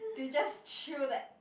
did you just throw that